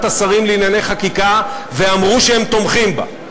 השרים לענייני חקיקה הם אמרו שהם תומכים בה.